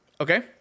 Okay